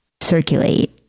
circulate